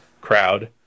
crowd